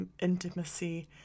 intimacy